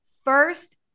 First